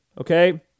Okay